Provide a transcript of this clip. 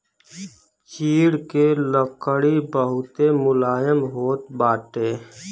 चीड़ के लकड़ी बहुते मुलायम होत बाटे